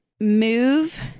move